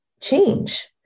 change